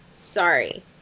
Sorry